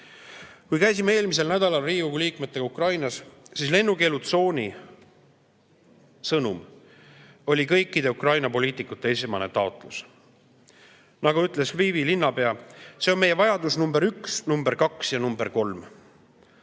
käisime eelmisel nädalal Riigikogu liikmetega Ukrainas, siis lennukeelutsooni sõnum oli kõikide Ukraina poliitikute esmane taotlus. Nagu ütles Lvivi linnapea, see on meie vajadus nr 1, nr 2 ja nr 3.